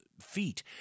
feet